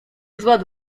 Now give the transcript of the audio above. pociąg